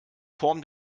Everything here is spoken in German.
form